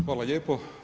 Hvala lijepo.